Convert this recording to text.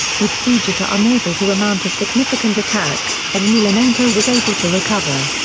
with fujita unable to amount a significant attack, emelianenko was able to recover.